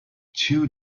two